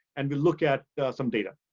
and we'll look at some data.